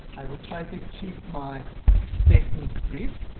i will try to keep my statements brief,